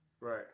Right